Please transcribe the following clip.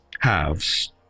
halves